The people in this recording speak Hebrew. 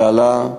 זה עלה.